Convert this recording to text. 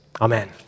Amen